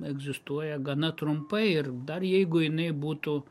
egzistuoja gana trumpai ir dar jeigu jinai būtų